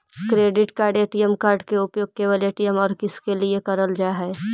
Credit card ATM card के उपयोग केवल ए.टी.एम और किसके के लिए करल जा है?